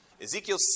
Ezekiel